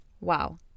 Wow